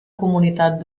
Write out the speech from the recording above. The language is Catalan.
comunitat